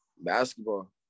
basketball